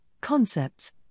concepts